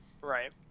right